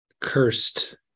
cursed